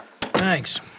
Thanks